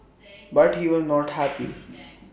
but he was not happy